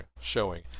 showing